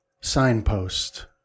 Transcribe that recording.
signpost